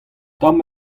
tomm